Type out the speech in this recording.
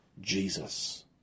Jesus